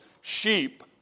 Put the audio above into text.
sheep